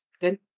Good